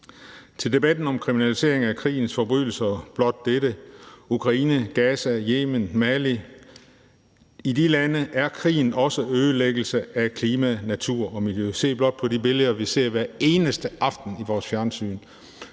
Til debatten om kriminalisering af krigens forbrydelser vil jeg blot sige dette: Ukraine, Gaza, Yemen, Mali – i de lande er krigen også ødelæggelse af klima, natur og miljø. Se blot på de billeder, vi ser hver eneste aften i vores fjernsyn.